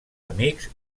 amics